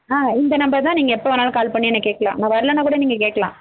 ஆ இந்த நம்பரு தான் நீங்கள் எப்போ வேணாலும் கால் பண்ணி என்னை கேட்கலாம் நான் வரலைன்னா கூட நீங்கள் கேட்கலாம்